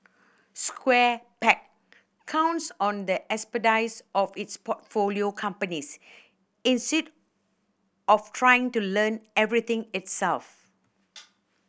Square Peg counts on the expertise of its portfolio companies instead of trying to learn everything itself